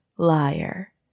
liar